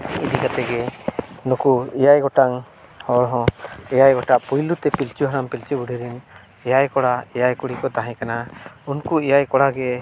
ᱤᱫᱤ ᱠᱟᱛᱮᱫ ᱜᱮ ᱱᱩᱠᱩ ᱮᱭᱟᱭ ᱜᱚᱴᱟᱝ ᱦᱚᱲ ᱦᱚᱸ ᱮᱭᱟᱭ ᱜᱚᱴᱟᱝ ᱯᱩᱭᱞᱩᱛᱮ ᱯᱤᱞᱪᱩ ᱦᱟᱲᱟᱢ ᱯᱤᱞᱪᱩ ᱵᱩᱰᱷᱤ ᱨᱮᱱ ᱮᱭᱟᱭ ᱠᱚᱲᱟ ᱮᱭᱟᱭ ᱠᱩᱲᱤ ᱠᱚ ᱛᱟᱦᱮᱸ ᱠᱟᱱᱟ ᱩᱱᱠᱩ ᱮᱭᱟᱭ ᱠᱚᱲᱟ ᱜᱮ